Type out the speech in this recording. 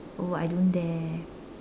oh I don't dare